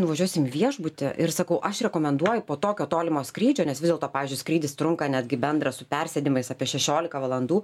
nuvažiuosim į viešbutį ir sakau aš rekomenduoju po tokio tolimo skrydžio nes vis dėlto pavyzdžiui skrydis trunka netgi bendra su persėdimais apie šešiolika valandų